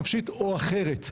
נפשית או אחרת',